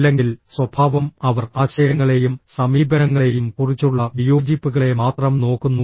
അല്ലെങ്കിൽ സ്വഭാവം അവർ ആശയങ്ങളെയും സമീപനങ്ങളെയും കുറിച്ചുള്ള വിയോജിപ്പുകളെ മാത്രം നോക്കുന്നു